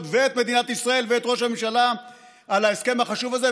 ואת מדינת ישראל ואת ראש הממשלה על ההסכם החשוב הזה,